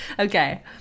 Okay